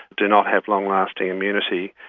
do not have long-lasting immunity,